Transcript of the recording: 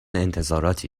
انتظاراتی